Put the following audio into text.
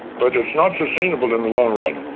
but it's not sustainable in the long run.